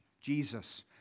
Jesus